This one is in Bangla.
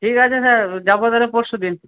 ঠিক আছে স্যার যাব তাহলে পরশু দিন